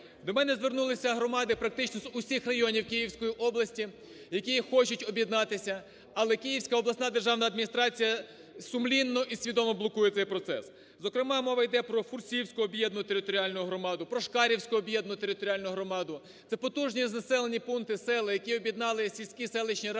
До мене звернулись громади практично з усіх районів Київської області, які хочуть об'єднатися, але Київська обласна державна адміністрація сумлінно і свідомо блокує цей процес. Зокрема, мова йде про Фурсіївську об'єднану територіальну громаду, про Шкарівську об'єднану територіальну громаду. Це потужні населені пункти, села, які об'єднали сільські, селищні ради,